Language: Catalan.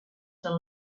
del